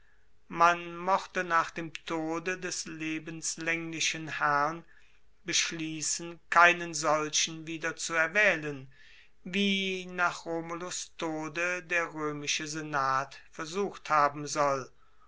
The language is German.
man mochte nach dem tode des lebenslaenglichen herrn beschliessen keinen solchen wieder zu erwaehlen wie nach romulus tode der roemische senat versucht haben soll